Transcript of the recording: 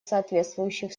соответствующих